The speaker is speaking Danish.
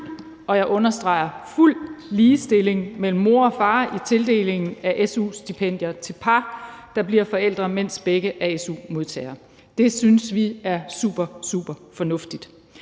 og jeg understreger det – fuld ligestilling mellem mor og far i tildelingen af su-stipendier til par, der bliver forældre, mens begge er su-modtagere. Det synes vi er supersuperfornuftigt.